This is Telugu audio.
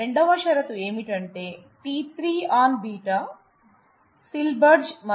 రెండవ షరతు ఏమిటంటే t3 on β సిల్బెర్స్చాట్జ్ మరియు t1 on β కూడా సిల్బెర్స్చాట్జ్